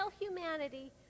humanity